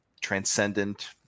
transcendent